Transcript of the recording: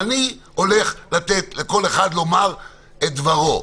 אני הולך לתת לכל אחד לומר את דברו.